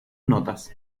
notas